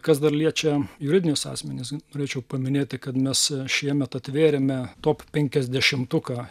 kas dar liečia juridinius asmenis norėčiau paminėti kad mes šiemet atvėrėme top penkiasdešimtuką